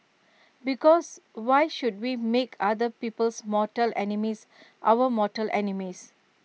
because why should we make other people's mortal enemies our mortal enemies